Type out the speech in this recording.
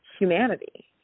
humanity